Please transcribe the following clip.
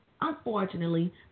unfortunately